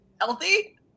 Healthy